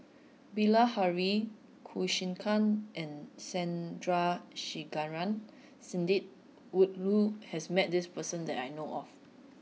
Bilahari Kausikan and Sandrasegaran Sidney Woodhull has met this person that I know of